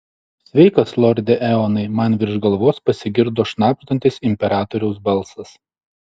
sveikas lorde eonai man virš galvos pasigirdo šnabždantis imperatoriaus balsas